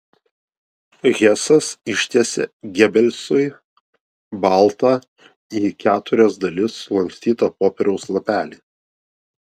hesas ištiesė gebelsui baltą į keturias dalis sulankstytą popieriaus lapelį